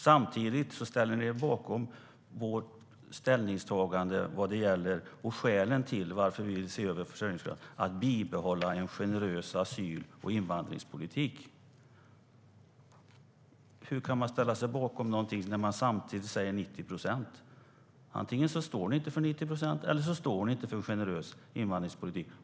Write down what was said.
Samtidigt ställer ni er bakom vårt ställningstagande och våra skäl till att se över försörjningskravet, nämligen att bibehålla en generös asyl och invandringspolitik. Hur kan man ställa sig bakom något sådant när man samtidigt säger 90 procent? Antingen står ni inte för 90 procent eller inte för en generös invandringspolitik.